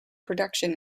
production